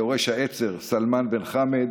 ליורש העצר סלמאן בן חמד